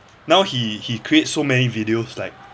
now he he create so many videos like